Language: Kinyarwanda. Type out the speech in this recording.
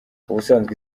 ubusanzwe